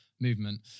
movement